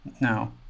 No